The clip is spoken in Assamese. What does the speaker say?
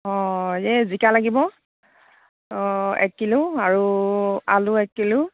অঁ এই জিকা লাগিব অঁ এক কিলো আৰু আলু এক কিলো